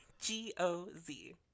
g-o-z